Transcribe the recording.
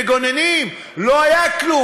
מגוננים: לא היה כלום.